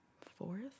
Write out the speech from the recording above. fourth